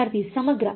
ವಿದ್ಯಾರ್ಥಿ ಸಮಗ್ರ